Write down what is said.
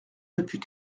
depuis